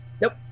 nope